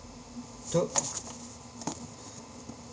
two